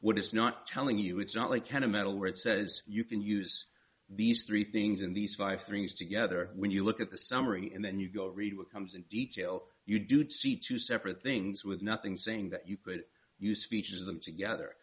it's not telling you it's not like kennametal where it says you can use these three things in these five things together when you look at the summary and then you go read what comes in detail you do see two separate things with nothing saying that you could use features of them together